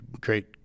great